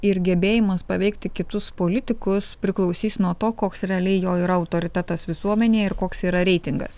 ir gebėjimas paveikti kitus politikus priklausys nuo to koks realiai jo yra autoritetas visuomenėje ir koks yra reitingas